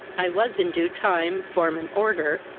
i was, in due time, form, and order,